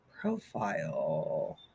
profile